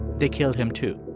they killed him too.